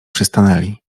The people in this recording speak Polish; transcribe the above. przystanęli